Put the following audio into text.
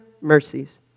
mercies